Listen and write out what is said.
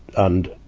and,